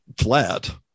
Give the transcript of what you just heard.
flat